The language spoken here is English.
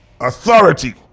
authority